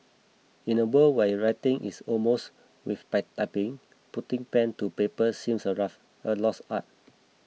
in a world where writing is almost with typing putting pen to paper seems a rough a lost art